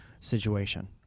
situation